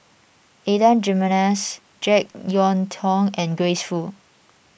Adan Jimenez Jek Yeun Thong and Grace Fu